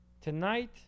Tonight